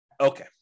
Okay